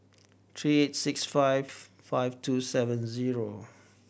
three eight six five five two seven zero